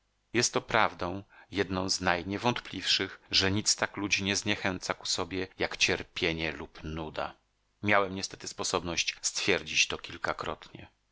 jest to prawdą jedną z najniewątpliwszych że nic tak ludzi nie zniechęca ku sobie jak cierpienie lub nuda miałem niestety sposobność stwierdzić to kilkakrotnie